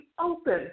open